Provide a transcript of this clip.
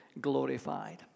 glorified